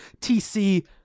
TC